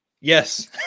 Yes